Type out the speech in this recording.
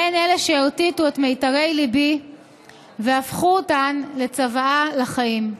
והן אלה שהרטיטו את מיתרי ליבי והפכו אותן לצוואה לחיים.